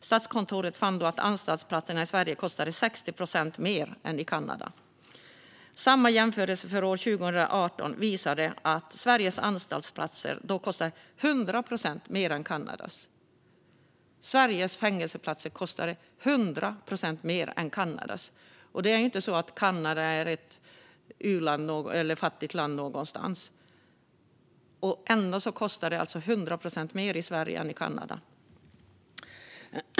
Statskontoret fann då att anstaltsplatserna i Sverige kostade 60 procent mer än i Kanada. Samma jämförelse för 2018 visade att Sveriges anstaltsplatser då kostade 100 procent mer än Kanadas. Kanada är ju inte på något sätt ett u-land eller ett fattigt land, men ändå kostar det alltså 100 procent mer i Sverige än i Kanada.